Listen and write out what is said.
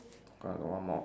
ah got one more